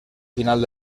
final